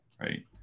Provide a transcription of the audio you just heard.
right